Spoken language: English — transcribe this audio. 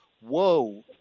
whoa